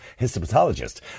histopathologist